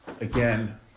again